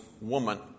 Woman